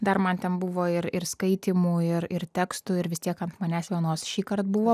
dar man ten buvo ir ir skaitymų ir ir tekstų ir vis tiek ant manęs vienos šįkart buvo